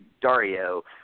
Dario